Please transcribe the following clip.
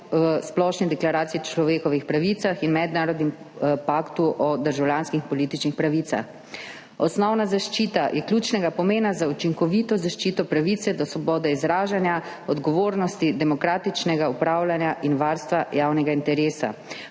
Splošni deklaraciji človekovih pravic in Mednarodnem paktu o državljanskih in političnih pravicah. Osnovna zaščita je ključnega pomena za učinkovito zaščito pravice do svobode izražanja, odgovornosti, demokratičnega upravljanja in varstva javnega interesa.